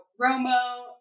romo